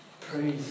Praise